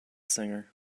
singer